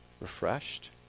refreshed